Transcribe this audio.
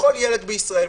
לכל ילד בישראל.